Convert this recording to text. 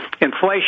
inflation